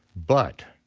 but